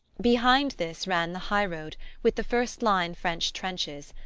behind this ran the high-road, with the first-line french trenches,